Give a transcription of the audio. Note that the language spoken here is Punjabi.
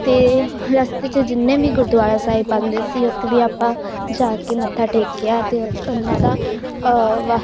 ਅਤੇ ਰਸਤੇ 'ਚ ਜਿੰਨੇ ਵੀ ਗੁਰਦੁਆਰਾ ਸਾਹਿਬ ਆਉਂਦੇ ਸੀ ਉੱਥੇ ਵੀ ਆਪਾਂ ਜਾ ਕੇ ਮੱਥਾ ਟੇਕਿਆ ਅਤੇ ਉਹਨਾਂ ਦਾ ਵਾ